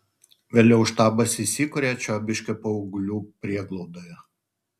vėliau štabas įsikuria čiobiškio paauglių prieglaudoje